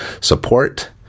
support